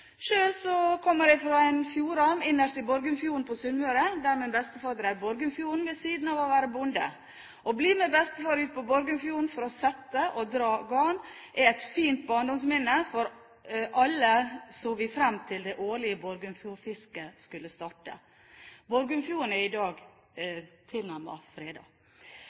Sjøl kommer jeg fra en fjordarm innerst i Borgundfjorden på Sunnmøre, der min bestefar drev fiske på Borgundfjorden ved siden av det å være bonde. Å bli med bestefar ut i Borgundfjorden for å sette og dra garn, er et fint barndomsminne, for alle så vi fram til at det årlige Borgundfjordfisket skulle starte. Borgundfjorden er i dag